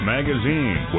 Magazine